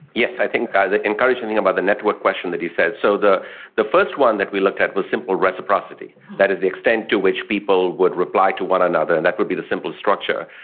yes, i think the encouraging thing about the network question that he said, so the the first one that we looked at was simple reciprocity, that is the extent to which people would reply to one another and that would be the simple structure.